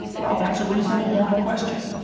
well, that's a reasonably moral question.